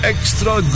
Extra